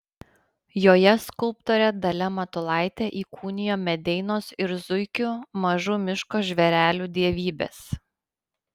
joje skulptorė dalia matulaitė įkūnijo medeinos ir zuikių mažų miško žvėrelių dievybes